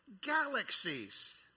galaxies